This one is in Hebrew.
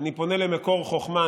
אני פונה למקור חוכמה.